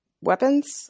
weapons